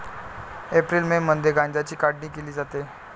April May मध्ये गांजाची काढणी केली जाते